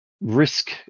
risk